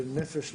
בין נפש לרפואה.